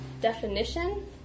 definition